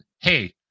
hey